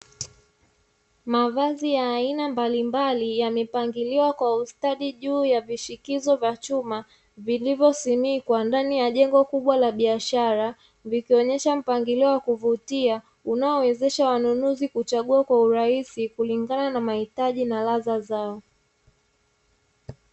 Mavazi ya aina mbalimbali yamepangiliwa kwa ustadi juu ya vishikizo vya chuma, vilivyosimikwa ndani ya jengo kubwa la biashara vikionesha mpangilio wa kuvutia, unao wawezesha wanunuzi kuchagua kwa urahisi, kulingana na mahitaji na ladha zao.